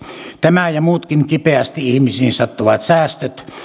tämä ja muutkin kipeästi ihmisiin sattuvat säästöt